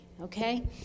okay